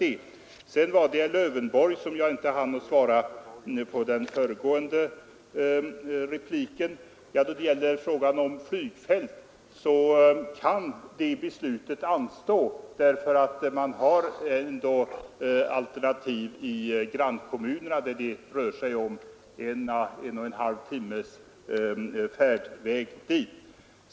Så ett par ord till herr Lövenborg, som jag inte hann svara i den förra repliken. Beslutet om flygfält kan anstå därför att man har ändå alternativ i grannkommunerna — det rör sig om en å en och en halv timmes färdväg dit.